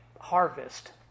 harvest